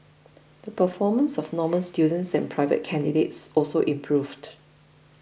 the performance of Normal students and private candidates also improved